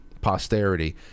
posterity